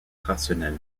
rationnels